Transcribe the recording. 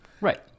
Right